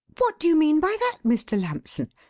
what do you mean by that, mr. lampson?